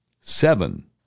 seven